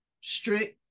strict